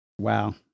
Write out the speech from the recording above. Wow